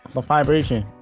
the vibration.